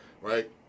right